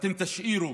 אתם תשאירו